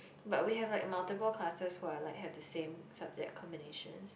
but we have like multiple classes who are like have the same subject combinations